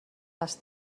les